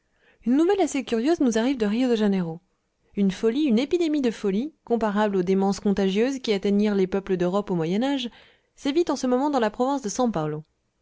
une nouvelle assez curieuse nous arrive de rio de janeiro une folie une épidémie de folie comparable aux démences contagieuses qui atteignirent les peuples d'europe au moyen âge sévit en ce moment dans la province de